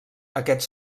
aquests